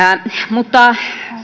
mutta